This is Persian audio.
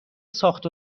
ساخت